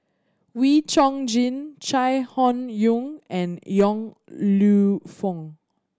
Wee Chong Jin Chai Hon Yoong and Yong Lew Foong